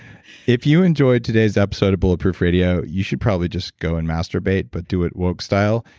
if you enjoyed today's episode of bulletproof radio, you should probably just go and masturbate but do it woke style.